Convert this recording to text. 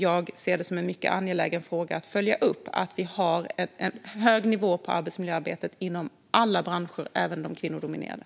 Jag ser det som en mycket angelägen fråga att följa upp att vi har en hög nivå på arbetsmiljöarbetet inom alla branscher, även de kvinnodominerade.